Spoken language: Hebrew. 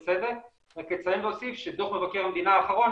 רק אציין ואוסיף שדוח מבקר המדינה האחרון